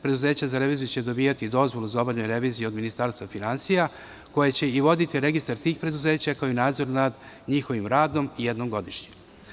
Preduzeća za reviziju će dobijati dozvolu za obavljanje revizije od Ministarstva finansija, koje će i voditi registar tih preduzeća, kao i nadzor nad njihovim radom, jednom godišnje.